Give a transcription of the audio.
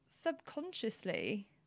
subconsciously